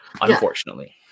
unfortunately